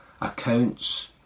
accounts